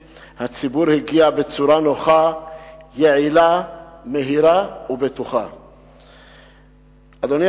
2874. אדוני